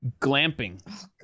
glamping